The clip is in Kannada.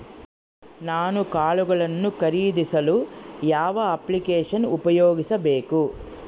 ನಾನು ಕಾಳುಗಳನ್ನು ಖರೇದಿಸಲು ಯಾವ ಅಪ್ಲಿಕೇಶನ್ ಉಪಯೋಗಿಸಬೇಕು?